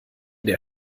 der